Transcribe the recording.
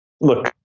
Look